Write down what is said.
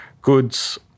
goods